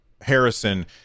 harrison